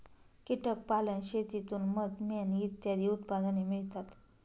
कीटक पालन शेतीतून मध, मेण इत्यादी उत्पादने मिळतात